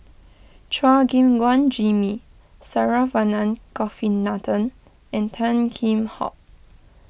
Chua Gim Guan Jimmy Saravanan Gopinathan and Tan Kheam Hock